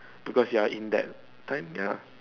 because you are in that time ya